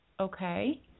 Okay